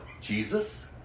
Jesus